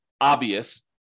obvious